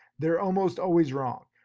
they're almost always wrong.